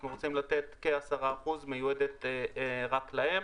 אנחנו רוצים לתת כ-10 אחוזים שמיועדים רק להם.